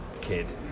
kid